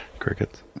crickets